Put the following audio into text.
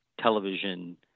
television